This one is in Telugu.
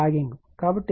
కాబట్టి sin 2 0